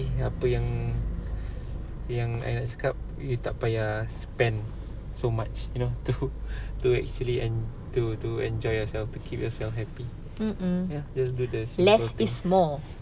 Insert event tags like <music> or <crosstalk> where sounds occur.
apa yang yang I nak cakap you tak payah spend so much you know to <laughs> to actually en~ to to enjoy yourself to keep yourself happy ya just do the simple things